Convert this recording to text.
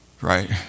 right